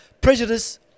prejudice